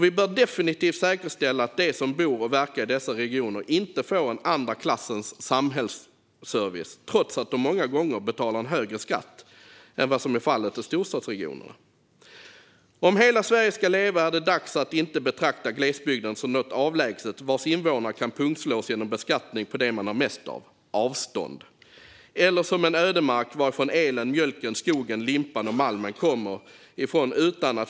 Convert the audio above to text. Vi bör definitivt säkerställa att de som bor och verkar i dessa regioner inte får en andraklassens samhällsservice trots att de många gånger betalar högre skatt än vad som är fallet i storstadsregionerna. Om hela Sverige ska leva är det dags att sluta betrakta glesbygden som något avlägset och dess invånare som några som kan pungslås genom beskattning på det de har mest av: avstånd. Den ska inte heller betraktas som en ödemark varifrån elen, mjölken, skogen, limpan och malmen kommer.